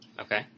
Okay